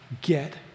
get